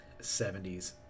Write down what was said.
70s